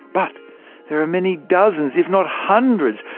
but there are many dozens, if not hundreds,